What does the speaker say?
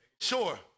sure